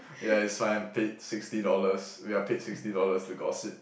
ya it's fine paid sixty dollars we are paid sixty dollars to gossip